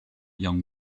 young